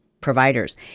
providers